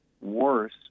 worse